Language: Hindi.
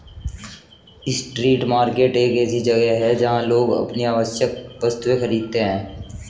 स्ट्रीट मार्केट एक ऐसी जगह है जहां लोग अपनी आवश्यक वस्तुएं खरीदते हैं